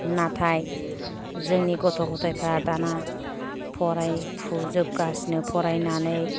नाथाय जोंनि गथ' गथायफ्रा दाना फरायफुजोबगासिनो फरायनानै